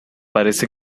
parece